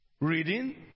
reading